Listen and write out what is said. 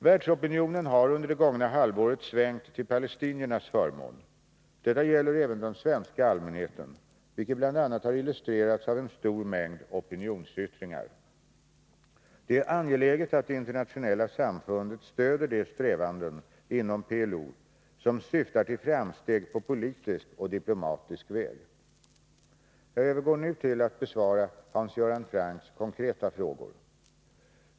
Världsopinionen har under det gångna halvåret svängt till palestiniernas förmån. Detta gäller även den svenska allmänheten, vilket bl.a. har illustrerats av en stor mängd opinionsyttringar. Det är angeläget att det internationella samfundet stöder de strävanden inom PLO som syftar till framsteg på politisk och diplomatisk väg. Jag övergår nu till att besvara Hans Göran Francks konkreta frågor.